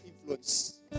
influence